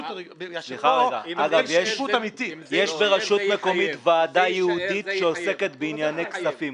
יש ברשות מקומית ועדה ייעודית שעוסקת בענייני כספים.